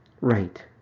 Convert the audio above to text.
Right